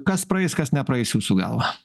kas praeis kas nepraeis jūsų galva